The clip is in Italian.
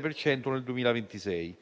per cento nel 2026.